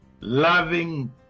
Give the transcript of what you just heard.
loving